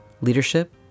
Leadership